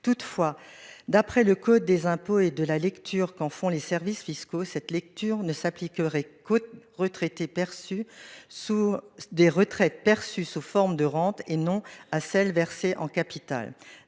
Toutefois, d'après le code des impôts et de la lecture qu'en font les services fiscaux cette lecture ne s'appliquerait coûte retraité perçus sous des retraites perçues sous forme de rente et non à celle versée en capital